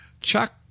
Chuck